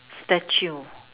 statue